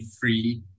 free